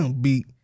beat